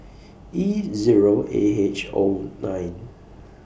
E Zero A H O nine